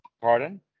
pardon